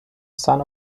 son